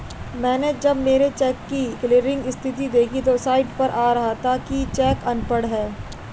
मैनें जब मेरे चेक की क्लियरिंग स्थिति देखी तो साइट पर आ रहा था कि चेक अनपढ़ है